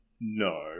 No